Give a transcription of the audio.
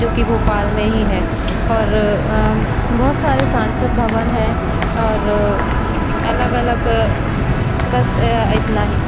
जो कि भोपाल में ही है और बहुत सारे सांसद भवन हैं और अलग अलग बस इतना ही